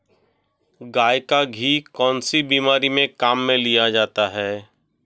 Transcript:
गाय का घी कौनसी बीमारी में काम में लिया जाता है?